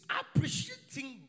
appreciating